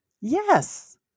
Yes